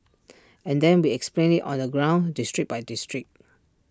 and then we explained IT on the ground district by district